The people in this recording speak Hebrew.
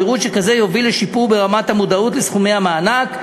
פירוט שכזה יוביל לשיפור ברמת המודעות לסכומי המענק,